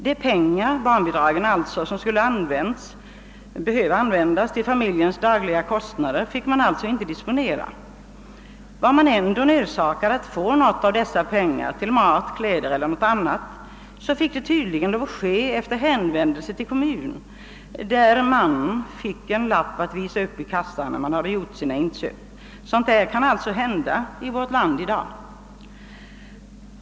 De pengar — d.v.s. barnbidragen — som skulle ha behövt användas till familjens dagliga kostnader fick man inte disponera. Var man ändå nödsakad att få något av dessa medel till mat, kläder eller annat, fick det tydligen lov att ske efter hänvändelse till kommunen, varefter man fick en lapp att visa upp i kassan när man hade gjort sina inköp. Sådant kan alltså hända i vårt land i dag.